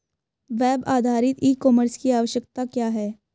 Web आधारित e commerce की आवश्यकता क्या है?